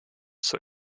zur